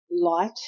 light